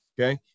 okay